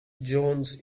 jones